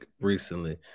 recently